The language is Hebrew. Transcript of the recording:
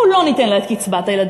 בואו לא ניתן לה את קצבת הילדים,